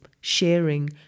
sharing